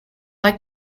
like